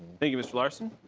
thank you mr. larson.